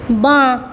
বাঁ